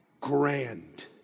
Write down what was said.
grand